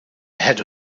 ahead